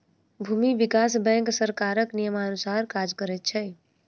भूमि विकास बैंक सरकारक नियमानुसार काज करैत छै